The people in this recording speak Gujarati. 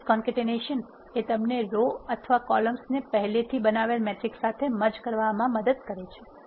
મેટ્રિક્સ કોન્કેટેનેશન એ તમને રો અથવા કોલમ્સ ને પહેલેથી બનાવેલ મેટ્રિક્સ સાથે મર્જ કરવમાં મદદ કરે છે